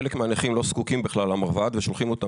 חלק מהנכים לא זקוקים למרב"ד ושולחים אותם